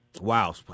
Wow